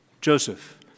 Joseph